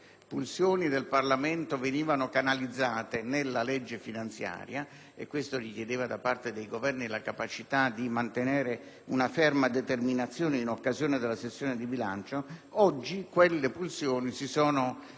pulsioni del Parlamento venivano canalizzate nella legge finanziaria - e ciò richiedeva da parte dei Governi la capacità di mantenere una ferma determinazione in occasione della sessione di bilancio - oggi quelle pulsioni si sono